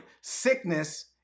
sickness